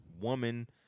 woman